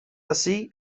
así